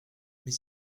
mais